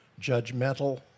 judgmental